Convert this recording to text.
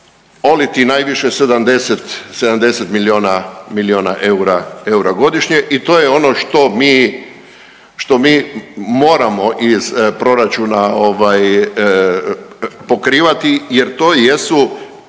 oliti najviše 70 milijuna eura godišnje i to je ono što mi moramo iz proračuna pokrivati jer to jesu